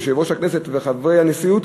יושב-ראש הכנסת וחברי הנשיאות,